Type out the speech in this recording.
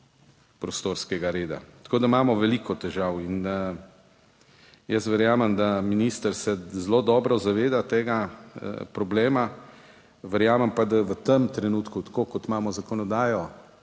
prostorskega reda. Tako da imamo veliko težav in jaz verjamem, da minister se zelo dobro zaveda tega problema. Verjamem pa, da v tem trenutku, tako kot imamo zakonodajo